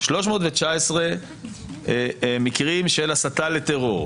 319 מקרים של הסתה לטרור.